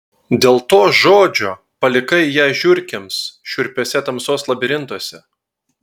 dėl to žodžio palikai ją žiurkėms šiurpiuose tamsos labirintuose